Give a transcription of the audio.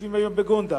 שיושבים היום בגונדר,